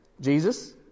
Jesus